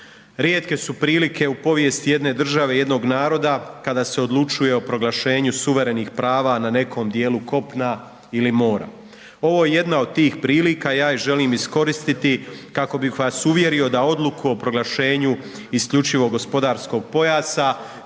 Rijetke su prilike u povijesti jedne države, jednog naroda kada se odlučuje o proglašenju suverenih prava na nekom dijelu kopna ili mora. Ovo je jedna od tih prilika, ja je želim iskoristiti, kako bih vas uvjerio da odluku o proglašenju isključivog gospodarskog pojasa